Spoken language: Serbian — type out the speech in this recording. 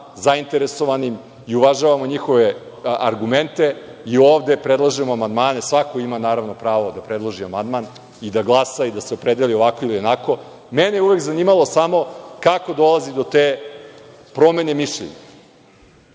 zainteresovanim, i uvažavamo njihove argumente, i ovde predlažemo amandmane. Svako ima naravno pravo da predloži amandman i da glasa i da se opredeli ovako ili onako. Mene je uvek zanimalo samo kako dolazi do te promene mišljenja?